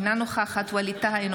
אינה נוכחת ווליד טאהא,